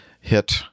hit